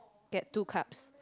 get two cups